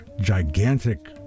gigantic